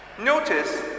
Notice